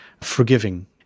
forgiving